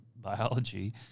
biology